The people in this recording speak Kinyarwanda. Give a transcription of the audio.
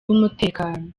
umutekano